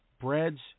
breads